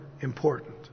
important